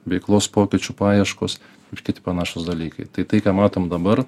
veiklos pokyčių paieškos ir kiti panašūs dalykai tai tai ką matom dabar